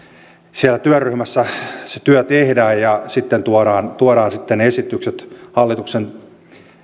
siellä työryhmässä se työ tehdään ja sitten tuodaan tuodaan esitykset hallituksen